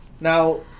now